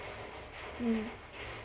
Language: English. mm